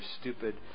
stupid